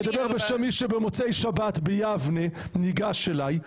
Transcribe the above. אני אדבר בשם מי שבמוצאי שבת ביבנה ניגש אליי,